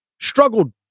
struggled